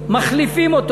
מחליפים אותו.